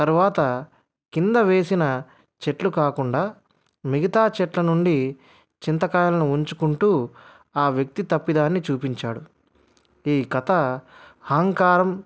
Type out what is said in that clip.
తర్వాత కింద వేసిన చెట్లు కాకుండా మిగతా చెట్ల నుండి చింతకాయాలను ఉంచుకుంటూ ఆ వ్యక్తి తప్పిదాన్ని చూపించాడు ఈ కథ అహంకారం